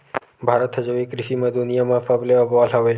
भारत हा जैविक कृषि मा दुनिया मा सबले अव्वल हवे